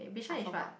I forgot